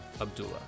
Abdullah